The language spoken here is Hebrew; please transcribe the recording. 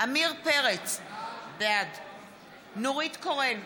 עמיר פרץ, בעד נורית קורן,